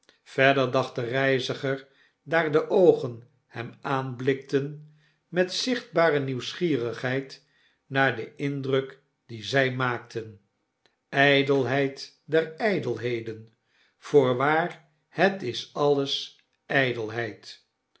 verder dacht de reiziger daar de oogen hem aanblikten met zichtbare nieuwsgierigheid naar den indruk dien zy maakten ijdelheid der ydelheden voorwaar het is alles